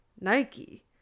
Nike